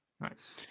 Nice